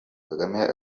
kagame